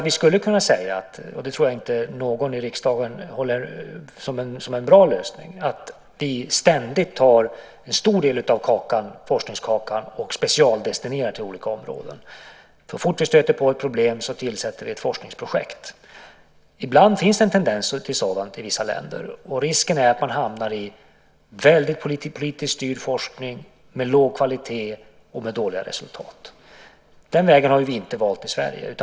Vi skulle kunna säga - och jag tror inte någon i riksdagen håller det för en bra lösning - att vi ständigt tar en stor del av forskningskakan och specialdestinerar till olika områden. Så fort vi stöter på ett problem så tillsätter vi ett forskningsprojekt. Ibland finns det en tendens till sådant i vissa länder, och risken är att man hamnar i väldigt politiskt styrd forskning med låg kvalitet och med dåliga resultat. Den vägen har vi inte valt i Sverige.